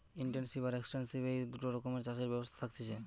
intensive আর extensive এই দুটা রকমের চাষের ব্যবস্থা থাকতিছে